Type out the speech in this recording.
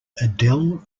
adele